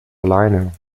alleine